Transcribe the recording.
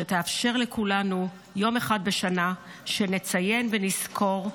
שתאפשר לכולנו יום אחד בשנה שבו נציין ונזכור,